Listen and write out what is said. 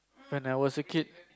when I was a kid